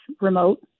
remote